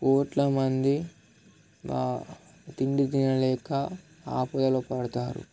కోట్ల మంది తిండి తినలేక ఆపదలో పడతారు